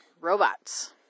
robots